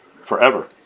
forever